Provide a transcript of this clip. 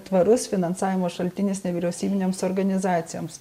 tvarus finansavimo šaltinis nevyriausybinėms organizacijoms